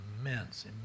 immense